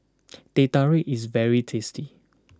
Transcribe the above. Teh Tarik is very tasty